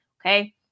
Okay